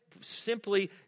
simply